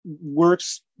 works